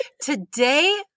Today